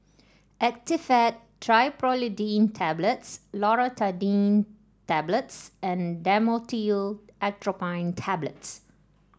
Actifed Triprolidine Tablets Loratadine Tablets and Dhamotil Atropine Tablets